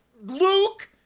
Luke